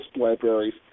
libraries